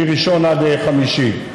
מראשון עד חמישי.